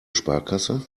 sparkasse